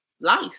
life